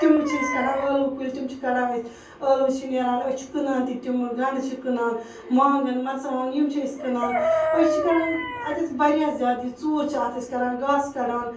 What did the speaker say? تِم چھِ أسۍ کَڑان ٲلوٕ کُلۍ تِم چھِ کَڑان أسۍ ٲلوٕ چھِ نیران أسۍ چھِ کٕنان تہِ تِم گَنڈٕ چھِ کٕنان وانٛگَن مَرژٕوانٛگَن کٕنان أسۍ چھِ کَران اَتیٚتھ واریاہ زیاد ژوٗر چھِ أسۍ کَران گاسہٕ کَڑان